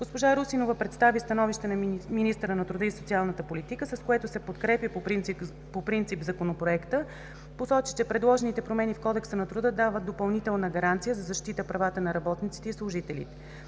Госпожа Русинова представи становището на Министъра на труда и социалната политика, с което се подкрепя по принцип Законопроекта и посочи, че предложените промени в Кодекса на труда дават допълнителна гаранция за защита правата на работниците и служителите.